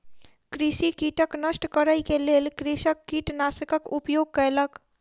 कृषि कीटक नष्ट करै के लेल कृषक कीटनाशकक उपयोग कयलक